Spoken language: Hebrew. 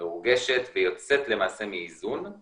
מרוגשת ויוצאת למעשה מאיזון,